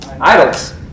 Idols